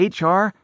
HR